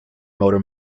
motor